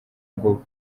ngo